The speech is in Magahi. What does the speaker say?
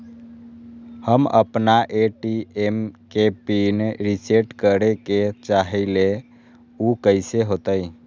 हम अपना ए.टी.एम के पिन रिसेट करे के चाहईले उ कईसे होतई?